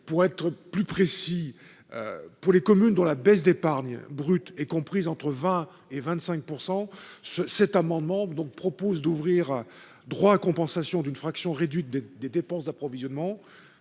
Plus précisément, pour les communes dont la baisse d'épargne brute est comprise entre 20 % et 25 %, cet amendement tend à ouvrir droit à compensation d'une fraction réduite des dépenses d'approvisionnement,